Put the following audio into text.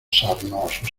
sarnosos